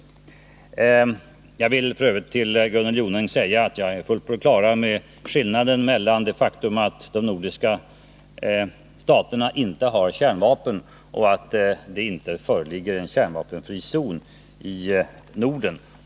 69 Jag vill f. ö. till Gunnel Jonäng säga att jag är fullt på det klara med skillnaden mellan det faktum att de nordiska staterna inte har kärnvapen och att det inte föreligger en kärnvapenfri zon i Norden.